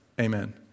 amen